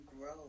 grow